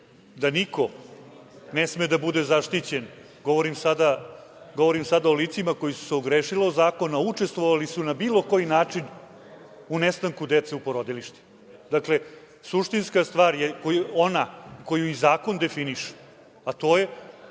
da niko ne sme da bude zaštićen, govorim sada o licima koja su se ogrešila o zakon, a učestvovali su na bilo koji način u nestanku dece u porodilištima. Dakle, suštinska stvar je ona koju i zakon definiše, a to je